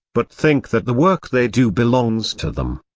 but think that the work they do belongs to them.